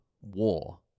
war